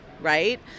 right